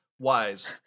Wise